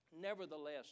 Nevertheless